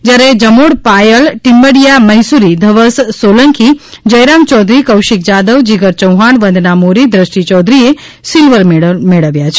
જ્યારે જમોડ પાયલ ટીમ્બડીયા મૈસુરી ધવસ સોલંકી જયરામ ચૌધરી કૌશિક જાદવ જીગર ચૌહાણ વંદના મોરી દૃષ્ટિ ચૌધરીએ silver medal મેળવ્યા છે